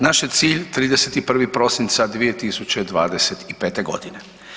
Naši je cilj 31. prosinca 2025. godine.